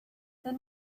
then